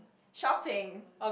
shopping